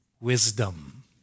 Wisdom